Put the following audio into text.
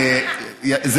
כן.